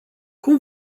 cum